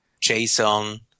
JSON